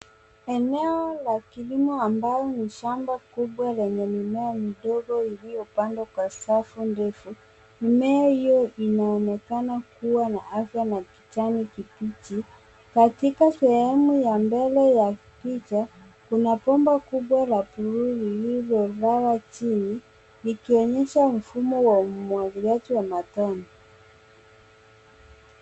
Eneo la kilimo ambalo ni shamba kubwa lenye mimea midogo iliyopandwa kwa safu ndefu. Mimea hio inaonekana kua na afya na kijani kibichi. Katika sehemu ya mbele ya picha, kuna bomba kubwa la blue lililolala chini, likionyesha mfumo wa umwagiliaji wa matone.